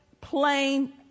plain